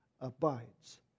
abides